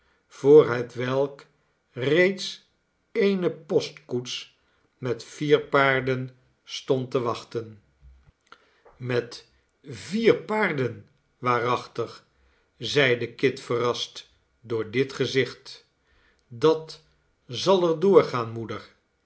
voor hetwelk reeds eene postkoets met vier paarden stond te wachten met vier paarden waarachtig zeide kit verrast door dit gezicht dat zal er doorgaan moeder